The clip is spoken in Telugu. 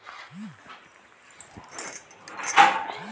సాయిల్ హెల్త్ కార్డ్ పథకం వల్ల ఉపయోగం ఏంటి?